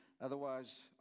otherwise